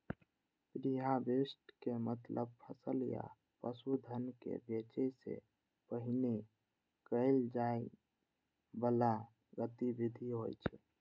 preharvest के मतलब फसल या पशुधन कें बेचै सं पहिने कैल जाइ बला गतिविधि होइ छै